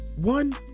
One